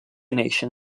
nation